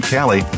Cali